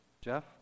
Jeff